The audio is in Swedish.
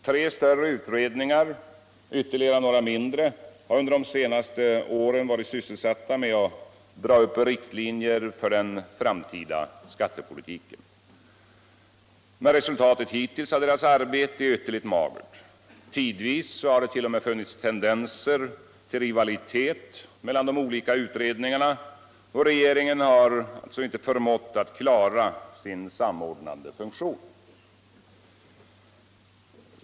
Tre större utredningar och ytterligare några mindre har under de senaste åren varit sysselsatta med att dra upp riktlinjer för den framtida skattepolitiken. Men resultatet hittills av deras arbete är ytterligt magert. Tidvis har det t.o.m. funnits tendenser till rivalitet mellan de olika utredningarna, och regeringen har inte förmått klara sin samordnande funktion.